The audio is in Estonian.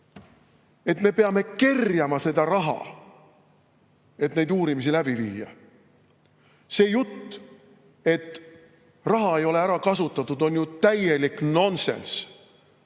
et me peame kerjama seda raha, et neid uurimisi läbi viia. See jutt, et raha ei ole ära kasutatud, on ju täielik nonsenss.